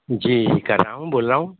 जी कर रहा हूँ बोल रहा हूँ